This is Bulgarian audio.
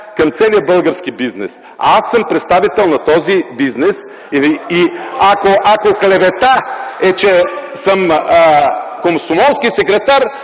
към целия български бизнес. Аз съм представител на този бизнес. Ако клевета е, че съм комсомолски секретар,